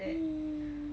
mm